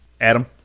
Adam